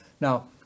Now